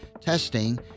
testing